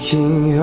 King